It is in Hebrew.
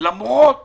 למרות